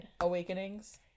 Awakenings